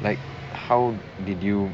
like how did you